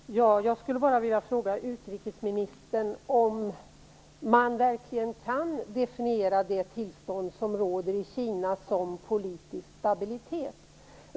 Fru talman! Jag skulle bara vilja fråga utrikesministern om det tillstånd som råder i Kina verkligen kan definieras som politisk stabilitet.